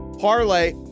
parlay